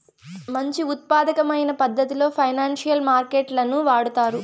మంచి ఉత్పాదకమైన పద్ధతిలో ఫైనాన్సియల్ మార్కెట్ లను వాడుతారు